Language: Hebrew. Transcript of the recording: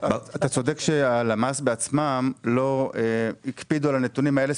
אתה צודק בכך שהלמ"ס בעצמם לא הקפידו על הנתונים האלה,